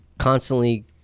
constantly